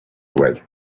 away